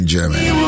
Germany